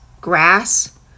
grass